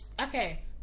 Okay